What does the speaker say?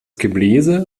gebläse